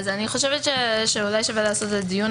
אני חושבת שאולי שווה לעשות את הדיון